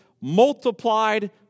multiplied